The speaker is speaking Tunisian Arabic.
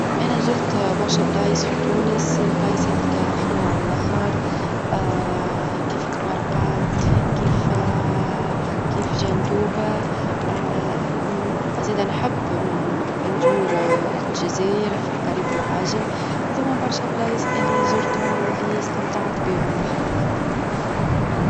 أنا زرت برشا بلايص في تونس، البلايص هذيك حلو على اللخر كيف تبرقا، -كيف- كيف جندوبة إذا نحب نزور الجزاير في القريب العاجل، وإذا ما برشا بلايص اللي زرتهم، واللي استمتعت بهم الحق.